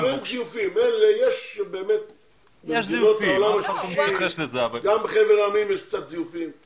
יש קצת זיופים, בחבר העמים יש קצת זיופים,